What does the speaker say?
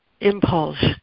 impulse